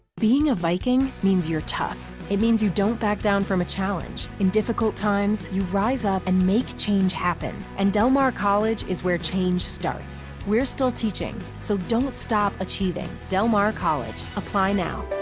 being a viking means you're tough. it means you don't back down from a challenge. in difficult times, times, you rise up and make change happen, and del mar college is where change starts. we're still teaching, so don't stop achieving. del mar college, apply now.